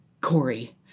Corey